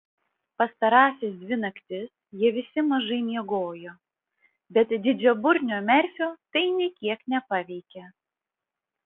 pastarąsias dvi naktis jie visi mažai miegojo bet didžiaburnio merfio tai nė kiek nepaveikė